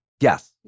Yes